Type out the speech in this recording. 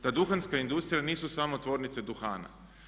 Ta duhanska industrija nisu samo tvornice duhana.